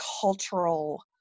cultural